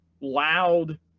loud